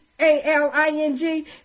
A-L-I-N-G